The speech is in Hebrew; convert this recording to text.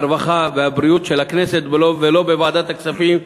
הרווחה והבריאות של הכנסת ולא בוועדת הכספים,